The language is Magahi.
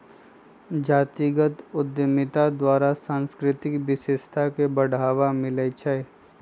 जातीगत उद्यमिता द्वारा सांस्कृतिक विशेषता के बढ़ाबा मिलइ छइ